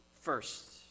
first